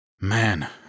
Man